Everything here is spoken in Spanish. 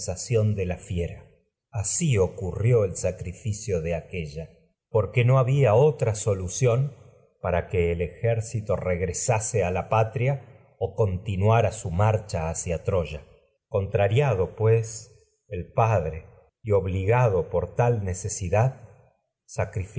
de la fiera asi ocurrió porque no el sacrificio aquélla había otra o solución para su que el ejército hacia regresase a la patria continuara el padre no y marcha troya contrariado sacrificó a pues su obligado por tal necesidad